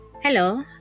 Hello